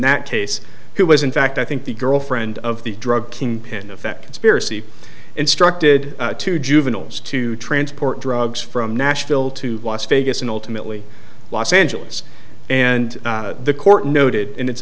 that case who was in fact i think the girlfriend of the drug kingpin effect conspiracy instructed two juveniles to transport drugs from nashville to las vegas and ultimately los angeles and the court noted in its